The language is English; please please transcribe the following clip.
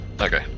Okay